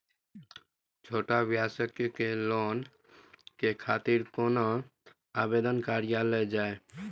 छोट व्यवसाय के लोन के खातिर कोना आवेदन कायल जाय?